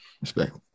Respect